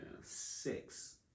Six